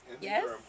yes